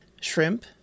shrimp